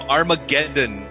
Armageddon